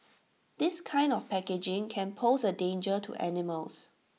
this kind of packaging can pose A danger to animals